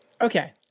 Okay